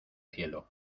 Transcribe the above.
cielo